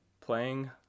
playing